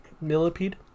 millipede